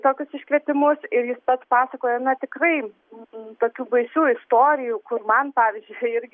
tokius iškvietimus ir jis pats pasakoja na tikrai n n tokių baisių istorijų kur man pavyzdžiui irgi